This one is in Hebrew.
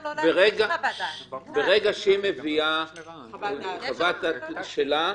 ברגע שהיא מביאה חוות דעת שלה,